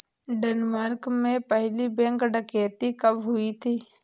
Denmark में पहली bank डकैती कब हुई थी?